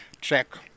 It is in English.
check